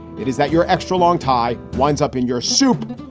it is that your extra long tie winds up in your soup.